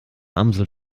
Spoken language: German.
amsel